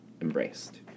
embraced